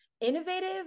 innovative